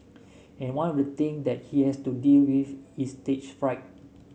and one of the thing that he has to deal with is stage fright